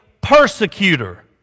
persecutor